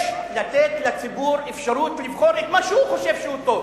יש לתת לציבור אפשרות לבחור את מה שהוא חושב שהוא טוב,